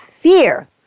fear